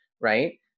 right